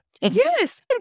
Yes